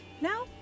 Now